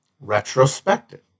retrospective